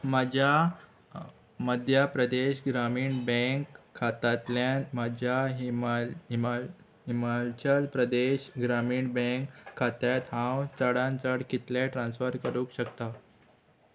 म्हज्या मध्य प्रदेश ग्रामीण बँक खात्यांतल्यान म्हज्या हिमा हिमा हिमाचल प्रदेश ग्रामीण बँक खात्यांत हांव चडान चड कितले ट्रान्स्फर करूंक शकता